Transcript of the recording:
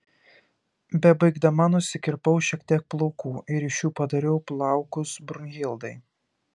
bebaigdama nusikirpau šiek tiek plaukų ir iš jų padariau plaukus brunhildai